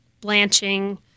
blanching